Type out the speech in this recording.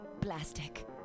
plastic